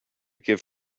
give